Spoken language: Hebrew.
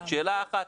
שאלה אחת,